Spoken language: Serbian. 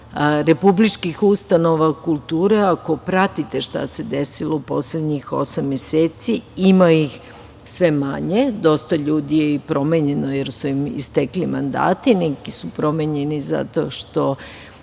republičkih ustanova kulture, ako pratite šta se desilo u poslednjih osam meseci, ima ih sve manje. Dosta ljudi je i promenjeno jer su im istekli mandati. Neki su promenjeni zato što